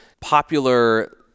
popular